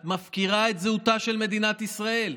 את מפקירה את זהותה של מדינת ישראל.